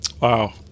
Wow